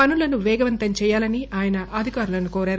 పనులను పేగవంతం చేయాలని ఆయన అధికారులను కోరారు